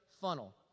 funnel